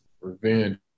Revenge